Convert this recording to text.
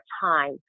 time